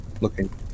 Looking